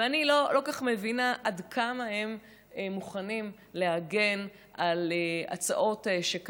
ואני לא כל כך מבינה עד כמה הם מוכנים להגן על הצעות שכאלה,